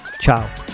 Ciao